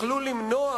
היה אפשר למנוע